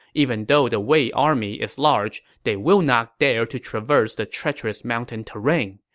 even though the wei army is large, they will not dare to traverse the treacherous mountain terrain.